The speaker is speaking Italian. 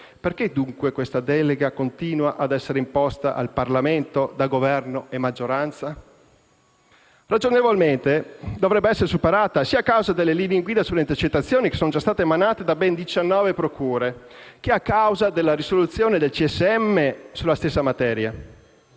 Perché dunque questa delega continua a essere imposta al Parlamento da Governo e maggioranza? Ragionevolmente, dovrebbe essere superata a causa sia delle linee guida sulle intercettazioni, che sono già state emanate da ben 19 procure, che della risoluzione del CSM sulla stessa materia.